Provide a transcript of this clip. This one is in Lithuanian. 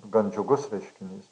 gan džiugus reiškinys